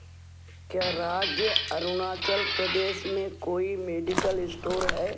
क्या राज्य अरुणाचल प्रदेश में कोई मेडिकल स्टोर है